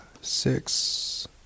six